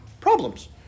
problems